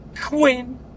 Quinn